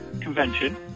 convention